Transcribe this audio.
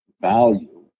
value